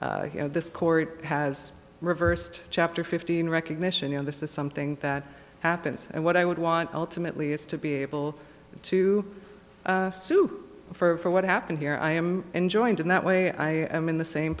this court has reversed chapter fifteen recognition you know this is something that happens and what i would want ultimately is to be able to sue for what happened here i am enjoined in that way i am in the same